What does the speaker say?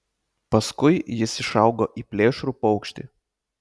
paskui jis išaugo į plėšrų paukštį